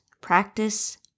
practice